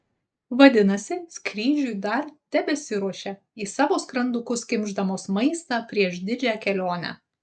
vadinasi skrydžiui dar tebesiruošia į savo skrandukus kimšdamos maistą prieš didžią kelionę